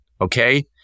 Okay